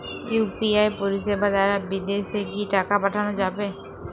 UPI পরিষেবা দারা বিদেশে কি টাকা পাঠানো যাবে?